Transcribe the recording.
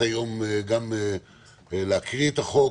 לתת לדבר, להקריא את החוק,